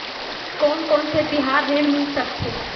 कोन कोन ले तिहार ऋण मिल सकथे?